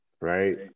right